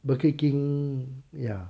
burger king ya